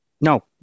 No